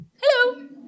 Hello